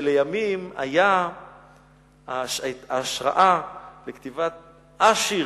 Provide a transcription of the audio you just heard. שלימים היה ההשראה לכתיבת השיר,